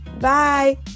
Bye